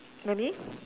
may be